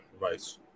right